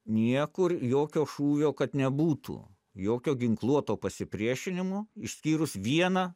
niekur jokio šūvio kad nebūtų jokio ginkluoto pasipriešinimo išskyrus vieną